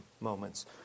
moments